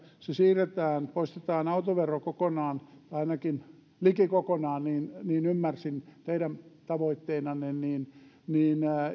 se siirretään poistetaan autovero kokonaan ainakin liki kokonaan niin niin ymmärsin teidän tavoitteinanne niin niin